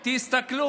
תתביישו,